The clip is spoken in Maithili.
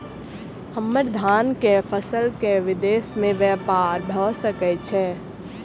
हम्मर धान केँ फसल केँ विदेश मे ब्यपार भऽ सकै छै?